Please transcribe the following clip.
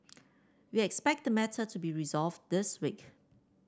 we expect the matter to be resolved this week